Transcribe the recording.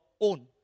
own